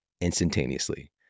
instantaneously